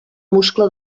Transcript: muscle